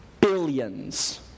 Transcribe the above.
billions